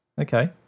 Okay